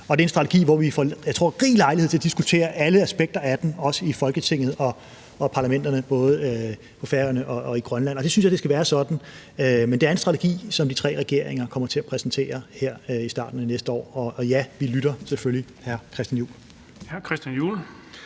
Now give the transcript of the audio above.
det er en strategi, som jeg tror vi får rig lejlighed til at diskutere alle aspekter af, både i Folketinget og i parlamenterne på Færøerne og i Grønland, og jeg synes, det skal være sådan. Men det er en strategi, som de tre regeringer kommer til at præsentere her i starten af næste år. Og ja, vi lytter selvfølgelig, hr. Christian Juhl.